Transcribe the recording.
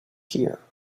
here